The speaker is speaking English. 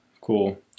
Cool